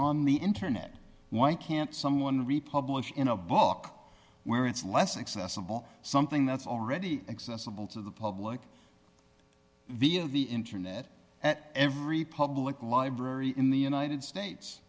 on the internet why can't someone republic in a book where it's less accessible something that's already accessible to the public via the internet at every public library in the united states